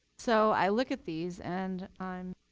so i look at these and i'm